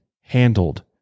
handled